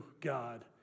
God